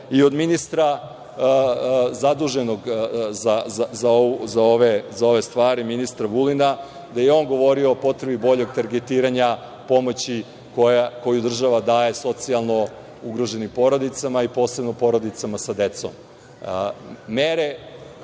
i od ministra zaduženog za ove stvari, ministra Vulina, da je on govorio o potrebi boljeg targetiranja pomoći koju država daje socijalno ugroženim porodicima i posebno porodicama sa decom. Mere